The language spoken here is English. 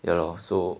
ya lor so